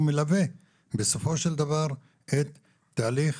מלווה בסופו של דבר את תהליך